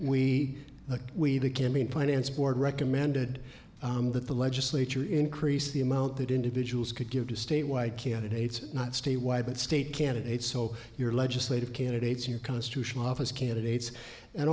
the campaign finance board recommended that the legislature increase the amount that individuals could give to statewide candidates not stay why but state candidates so your legislative candidates your constitutional office candidates and